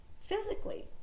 physically